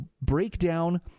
breakdown